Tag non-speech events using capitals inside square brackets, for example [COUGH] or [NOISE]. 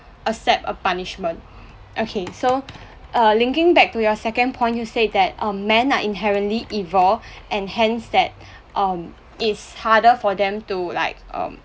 accept a punishment okay so err linking back to your second point you said that um men are inherently evil and hence that [BREATH] um it's harder for them to like um